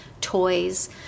toys